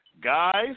guys